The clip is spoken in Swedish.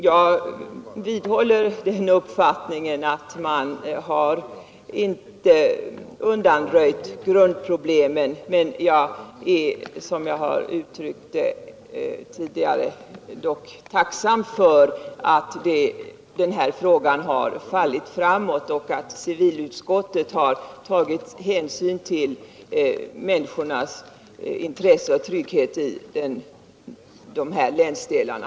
Jag vidhåller den uppfattningen att grundproblemen inte har undanröjts, men jag är, som jag tidigare har uttryckt, tacksam för att frågan har fallit framåt och att civilutskottet har tagit hänsyn till människornas behov av och trygghet i de aktuella länsdelarna.